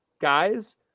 guys